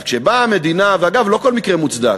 אז כשבאה המדינה, ואגב, לא כל מקרה מוצדק,